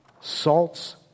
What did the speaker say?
Salt's